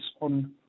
on